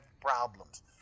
problems